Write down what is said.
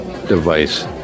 Device